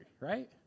right